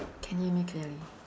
can hear me clearly